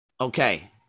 Okay